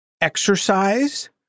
exercise